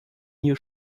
new